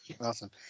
Awesome